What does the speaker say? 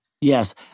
Yes